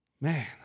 Man